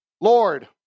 Lord